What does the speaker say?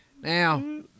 Now